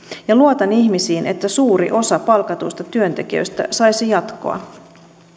ja luotan ihmisiin että suuri osa palkatuista työntekijöistä saisi jatkoa